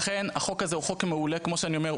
ולכן, החוק הזה הוא חוק מעולה, כמו שאני אומר.